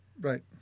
Right